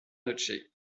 noche